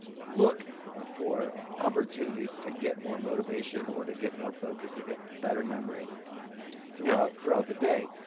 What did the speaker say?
look for opportunities to get more motivation or to get more focused and get better memory throughout, throughout the day